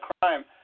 crime